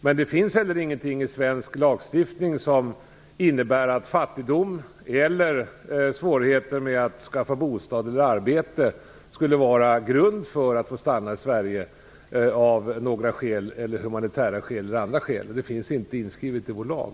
Men det finns inte heller något i svensk lagstiftning som säger att fattigdom eller svårigheter att skaffa bostad eller arbete skulle vara en grund för att få stanna i Sverige. Något sådant finns inte inskrivet i vår lag.